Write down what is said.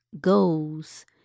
goes